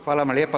Hvala vam lijepa.